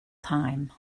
time